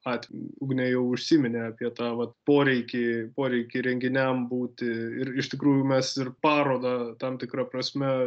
atveju ugnė jau užsiminė apie tą vat poreikį poreikį renginiam būti ir iš tikrųjų mes ir parodą tam tikra prasme